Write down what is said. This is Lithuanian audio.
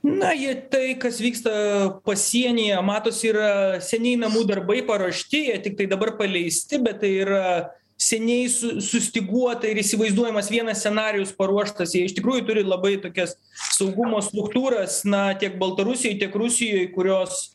na jie tai kas vyksta pasienyje matosi yra seniai namų darbai paruošti jie tiktai dabar paleisti bet tai yra seniai su sustyguota ir įsivaizduojamas vienas scenarijus paruoštas jie iš tikrųjų turi labai tokias saugumo struktūras na tiek baltarusijoj tiek rusijoj kurios